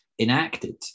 Enacted